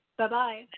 Bye-bye